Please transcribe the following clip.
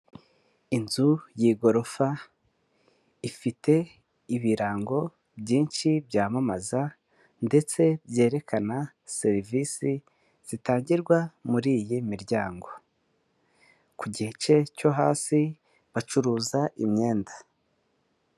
Inzu y'igorofa, ifite ibirango byinshi byamamaza ndetse byerekana serivisi zitangirwa muri iyi miryango, ku gice cyo hasi bacuruza imyenda.